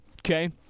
Okay